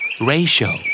Ratio